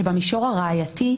שבמישור הראייתי,